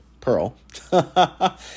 Pearl